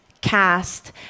cast